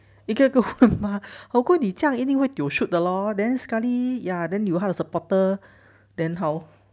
一个一个问吗好过你这样会 tio shoot 的 lor then sekali then 有他的 supporter then how